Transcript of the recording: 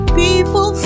people